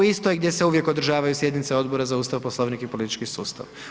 U istoj gdje se uvijek održavaju sjednice odbora za Ustav, Poslovnik i politički sustav.